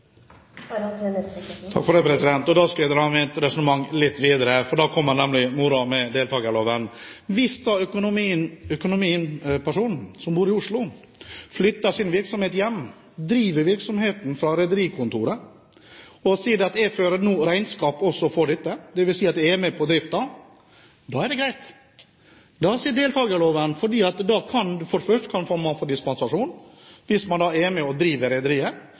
Da skal jeg dra mitt resonnement litt videre, for da kommer nemlig moroa med deltakerloven. Hvis økonomipersonen som bor i Oslo, flytter sin virksomhet hjem, driver virksomheten fra rederikontoret og sier at jeg fører nå regnskap også for dette, dvs. at jeg er med på driften, er det greit. Da kan man etter deltakerloven for det første få en dispensasjon hvis man er med og driver rederiet. Da kan man først få en femårsdispensasjon, og så kan den gjøres permanent, fordi man er med og drifter rederiet